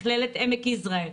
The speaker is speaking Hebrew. מכללת עמק יזרעאל,